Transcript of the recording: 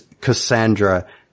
Cassandra